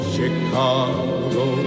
Chicago